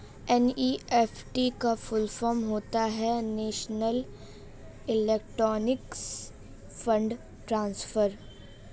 NEFT का full form होता है नेशनल इलेक्ट्रॉनिक्स फण्ड ट्रांसफर